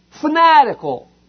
Fanatical